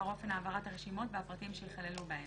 אופן העברת הרשימות והפרטים שייכללו בהן,